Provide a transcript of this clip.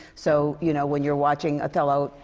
so you know, when you're watching othello,